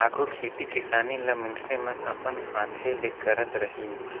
आघु खेती किसानी ल मइनसे मन अपन हांथे ले करत रहिन